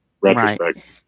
retrospect